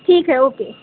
ठीक है ओके